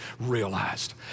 realized